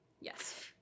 Yes